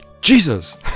Jesus